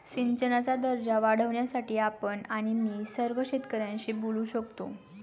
सिंचनाचा दर्जा वाढवण्यासाठी आपण आणि मी सर्व शेतकऱ्यांशी बोलू शकतो